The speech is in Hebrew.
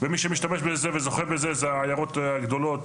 ומי שמשתמש בזה וזוכה בזה זה העיירות הגדולות,